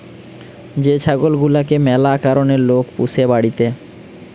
যে ছাগল গুলাকে ম্যালা কারণে লোক পুষে বাড়িতে